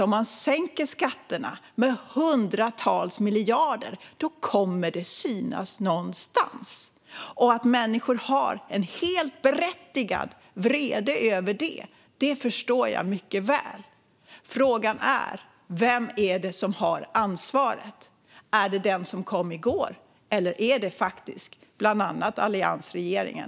Om man sänker skatterna med hundratals miljarder kommer det självklart att synas någonstans. Att människor har en helt berättigad vrede över det förstår jag mycket väl. Frågan är vem som bär ansvaret. Är det den som kom i går eller är det bland annat alliansregeringen?